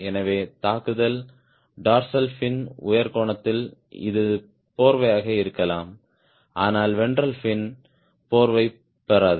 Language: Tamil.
எனவே தாக்குதல் டார்சல் ஃபின் உயர் கோணத்தில் இது போர்வையாக இருக்கலாம் ஆனால் வென்ட்ரல் ஃபின் போர்வை பெறாது